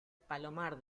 palomar